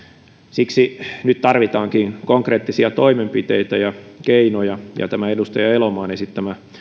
siksi nyt tarvitaankin konkreettisia toimenpiteitä ja keinoja ja tämä edustaja elomaan esittämä